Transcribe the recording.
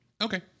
okay